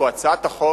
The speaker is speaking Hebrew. החוק, או הצעת החוק,